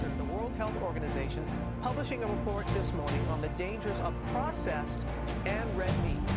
the world kind of organisation publishing a report this morning on the dangers of processed and red meat.